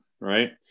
right